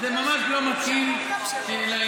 זה ממש לא מתאים לעניין.